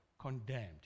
condemned